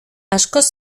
askoz